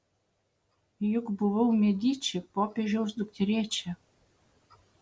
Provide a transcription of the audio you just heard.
juk buvau mediči popiežiaus dukterėčia